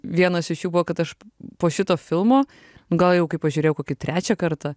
vienas iš jų buvo kad aš po šito filmo gal jau kai pažiūrėjau kokį trečią kartą